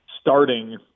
starting